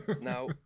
Now